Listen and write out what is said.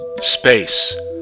space